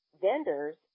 vendors